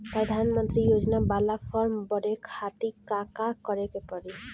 प्रधानमंत्री योजना बाला फर्म बड़े खाति का का करे के पड़ी?